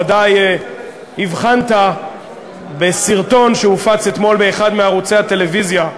בוודאי הבחנת בסרטון שהופץ אתמול באחד מערוצי הטלוויזיה,